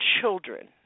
children